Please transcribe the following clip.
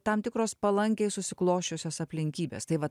tam tikros palankiai susiklosčiusios aplinkybės tai va